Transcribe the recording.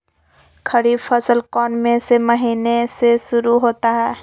खरीफ फसल कौन में से महीने से शुरू होता है?